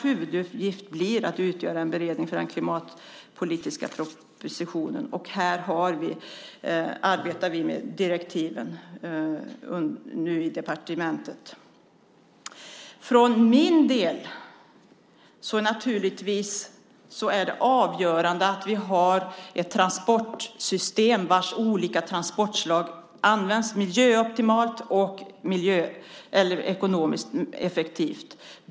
Huvuduppgiften är att utgöra en beredning för den klimatpolitiska propositionen, och vi arbetar nu med direktiven i departementet. För min del är det naturligtvis avgörande att vi har ett transportsystem och en logistik vars olika transportslag används miljöoptimalt och ekonomiskt effektivt på ett sätt som fungerar för vårt näringsliv.